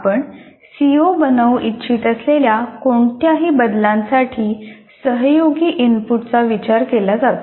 आपण सीओ बनवू इच्छित असलेल्या कोणत्याही बदलांसाठी सहयोगी इनपुटचा विचार केला जातो